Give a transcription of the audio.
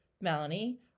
melanie